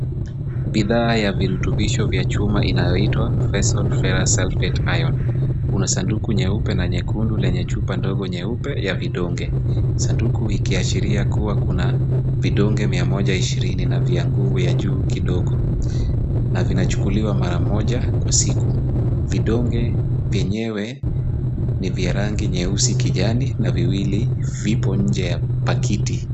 Bidhaa ya virutubisho vya chuma inayoitwa Phesol Ferro Sulfate Iron, kuna sanduku nyeupe na nyekundu lenye chupa ndogo nyeupe ya vidonge. Sanduku ikiashiria kuwa kuna vidonge mia moja ishirini na vya nguvu vya juu kidogo na vinachukuliwa mara moja kwa siku. Vidonge vyenyewe ni vya rangi nyeusi, kijani na viwili vipo nje ya pakiti.